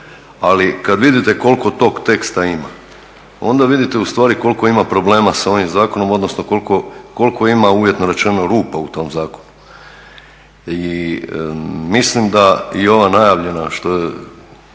Ali kad vidite koliko tog teksta ima onda vidite u stvari koliko ima problema sa ovim zakonom, odnosno koliko ima uvjetno rečeno rupa u tom zakonu. I mislim da i ovo najavljeno što je